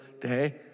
day